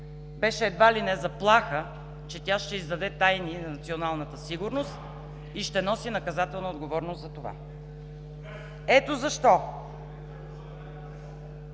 беше едва ли не заплаха, че тя ще издаде тайни на националната сигурност и ще носи наказателна отговорност за това. Ето защо